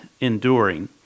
enduring